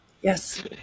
Yes